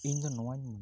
ᱤᱧ ᱫᱚ ᱱᱚᱣᱟᱧ ᱢᱚᱱᱮᱭᱟ